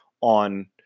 on